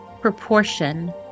Proportion